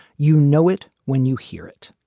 you know it when you hear it.